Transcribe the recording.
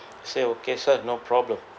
say okay sir no problem